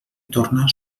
torna